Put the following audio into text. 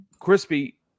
Crispy